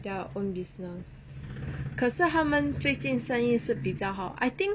their own business 可是他们最近生意是比较好 I think